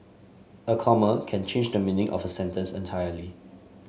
a comma can change the meaning of a sentence entirely